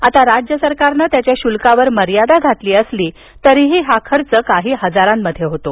आता राज्यसरकारनं त्याच्या शुल्कावर मर्यादा घातली असली तरी खर्च काही हजारात होतो